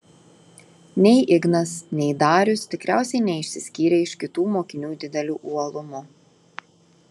nei ignas nei darius tikriausiai neišsiskyrė iš kitų mokinių dideliu uolumu